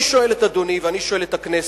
עכשיו, אני שואל את אדוני ואני שואל את הכנסת: